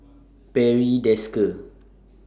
Barry Desker